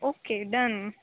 okay done